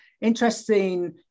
interesting